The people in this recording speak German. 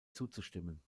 zuzustimmen